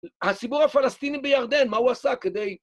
הסיבוב הפלסטיני בירדן, מה הוא עשה כדי...